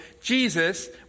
Jesus